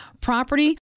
property